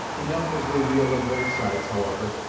enough was revealed on both sides, however,